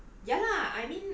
err